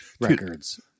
records